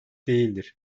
değildir